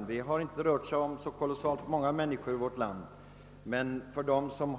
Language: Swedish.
Problemet har inte berört så många människor i vårt land, men för dem som